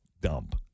dump